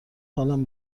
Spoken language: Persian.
حالم